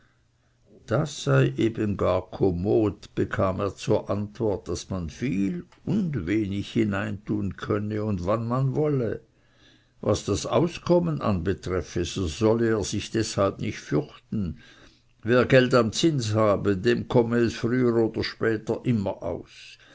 das sei eben gar kommod bekam er zur antwort daß man viel und wenig hineintun könne und wann man wolle was das auskommen anbetreffe so solle er sich deshalb nicht fürchten wer geld am zins habe dem komme es früher oder später immer aus